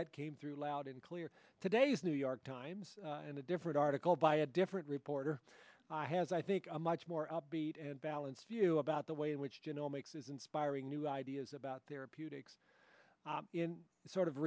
that came through loud and clear today's new york times and a different article by a different reporter has i think a much more upbeat and balanced view about the way in which general makes is inspiring new ideas about their beauty in sort of